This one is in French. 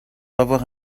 d’avoir